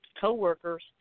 coworkers